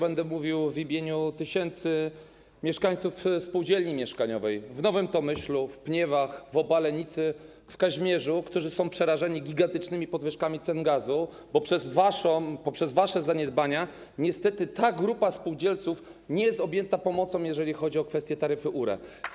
Będę mówił w imieniu tysięcy mieszkańców spółdzielni mieszkaniowych w Nowym Tomyślu, w Pniewach, w Opalenicy, w Kazimierzu, którzy są przerażeni gigantycznymi podwyżkami cen gazu, bo przez wasze zaniedbania niestety ta grupa spółdzielców nie jest objęta pomocą, jeżeli chodzi o kwestię taryfy URE.